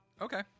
Okay